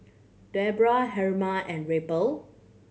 Debra Herma and Raphael